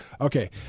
Okay